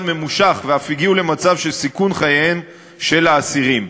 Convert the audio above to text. ממושך ואף הגיעו למצב של סיכון חייהם של האסירים.